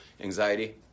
anxiety